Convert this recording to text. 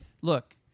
Look